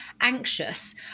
anxious